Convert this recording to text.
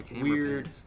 weird